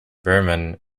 burman